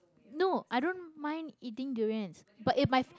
no i don't mind eating durians but if my